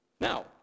Now